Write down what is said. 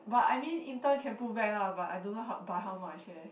but I mean intern can pull back lah but I don't know how by how much eh